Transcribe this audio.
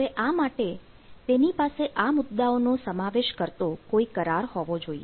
હવે આ માટે તેની પાસે આ મુદ્દાઓનો સમાવેશ કરતો કોઈ કરાર હોવો જોઈએ